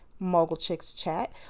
MogulchicksChat